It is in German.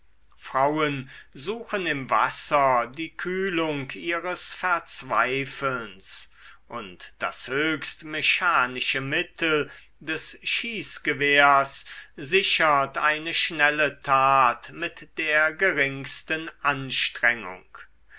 frauen suchen im wasser die kühlung ihres verzweifelns und das höchst mechanische mittel des schießgewehrs sichert eine schnelle tat mit der geringsten anstrengung